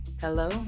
Hello